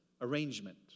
arrangement